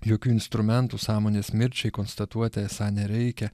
jokių instrumentų sąmonės mirčiai konstatuoti esą nereikia